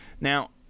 Now